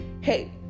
hey